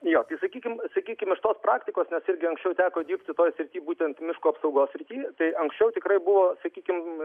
jo tai sakykim sakykim iš tos praktikos nes irgi anksčiau teko dirbti toj srity būtent miškų apsaugos srity tai anksčiau tikrai buvo sakykim